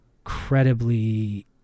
incredibly